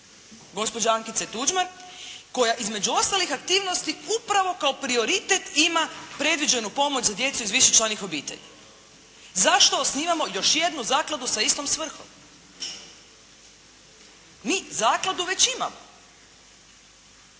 gospođe Ankice Tuđman, koja između ostalih aktivnosti, upravo kao prioritet ima predviđenu pomoć za djecu iz višečlanih obitelji. Zašto osnivamo još jednu zakladu sa istom svrhom? Mi zakladu već imamo.